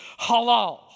halal